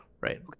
right